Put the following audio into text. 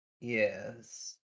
Yes